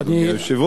אדוני היושב-ראש.